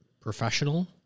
professional